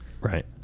Right